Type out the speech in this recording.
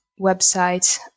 websites